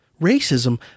racism